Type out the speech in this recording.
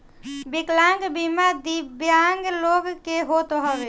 विकलांग बीमा दिव्यांग लोग के होत हवे